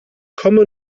komme